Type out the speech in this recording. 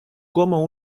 cómo